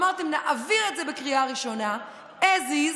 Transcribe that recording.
אמרתם: נעביר את זה בקריאה ראשונה as is,